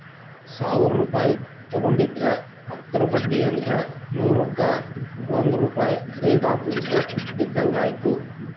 ಸಾವಿರ್ ರೂಪಾಯಿ ತೊಗೊಂಡಿದ್ರ ಹತ್ತರ ಬಡ್ಡಿ ಅಂದ್ರ ನೂರುಕ್ಕಾ ಒಂದ್ ರೂಪಾಯ್ ರೇಟ್ ಆಫ್ ಇಂಟರೆಸ್ಟ್ ಬಿದ್ದಂಗಾಯತು